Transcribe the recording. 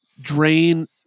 Drain